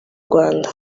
rwanda